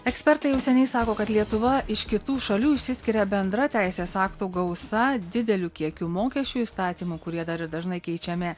ekspertai jau seniai sako kad lietuva iš kitų šalių išsiskiria bendra teisės aktų gausa dideliu kiekiu mokesčių įstatymų kurie dar ir dažnai keičiami